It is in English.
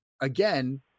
again